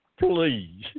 please